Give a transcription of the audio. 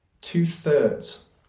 two-thirds